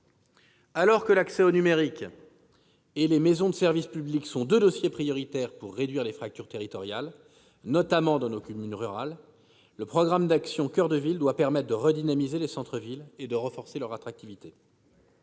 Alors que l'accès au numérique et les maisons de services au public sont deux dossiers prioritaires pour réduire les fractures territoriales, notamment dans nos communes rurales, le programme « Action coeur de ville » doit permettre de redynamiser les centres-villes et de renforcer leur attractivité.